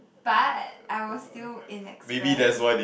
but I was still in express